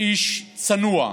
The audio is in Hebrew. איש צנוע,